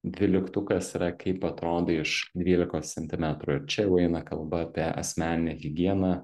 dvyliktukas yra kaip atrodai iš dvylikos centimetrų ir čia jau eina kalba apie asmeninę higieną